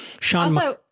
Sean